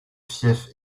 fief